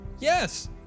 Yes